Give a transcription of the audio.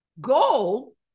goal